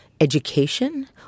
education